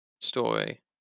story